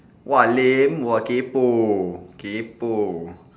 !wah! lame !wah! kaypoh kaypoh